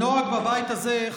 הנוהג בבית הזה,